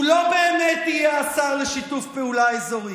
הוא לא באמת השר לשיתוף פעולה אזורי,